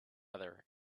other